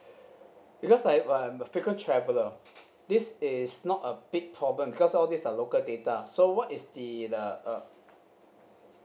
because I'm a a frequent traveller this is not a big problem because all these are local data so what is the uh